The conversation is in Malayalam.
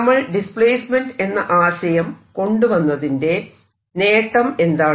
നമ്മൾ ഡിസ്പ്ലേസ്മെന്റ് എന്ന ആശയം കൊണ്ടുവന്നതിന്റെ നേട്ടം എന്താണ്